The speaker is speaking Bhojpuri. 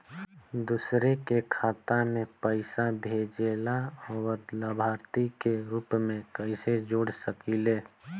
दूसरे के खाता में पइसा भेजेला और लभार्थी के रूप में कइसे जोड़ सकिले?